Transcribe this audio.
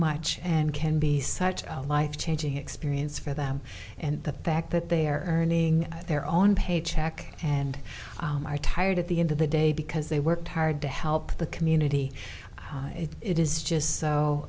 much and can be such a life changing experience for them and the fact that they're earning their own paycheck and are tired at the end of the day because they worked hard to help the community it is just so